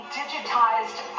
digitized